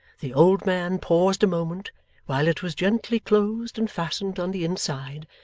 the old man paused a moment while it was gently closed and fastened on the inside,